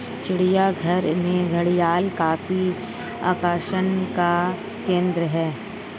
चिड़ियाघरों में घड़ियाल काफी आकर्षण का केंद्र है